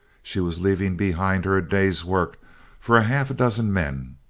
she was leaving behind her a day's work for half a dozen men,